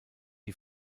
die